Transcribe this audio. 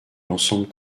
l’ensemble